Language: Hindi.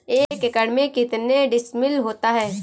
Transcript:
एक एकड़ में कितने डिसमिल होता है?